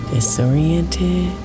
Disoriented